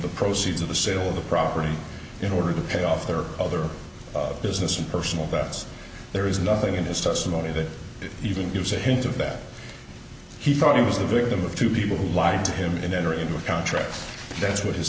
the proceeds of the sale of the property in order to pay off their other business and personal best there is nothing in his testimony that even gives a hint of that he thought he was the victim of two people who lied to him in entering into a contract that's what his